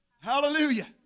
Hallelujah